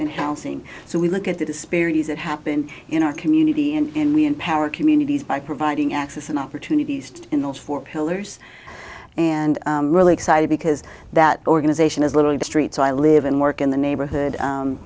and housing so we look at the disparities that happen in our community and we empower communities by providing access and opportunities in those four pillars and really excited because that organization is literally the street so i live and work in the neighborhood